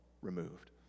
removed